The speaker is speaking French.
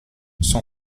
son